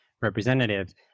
representatives